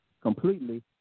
completely